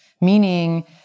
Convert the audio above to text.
meaning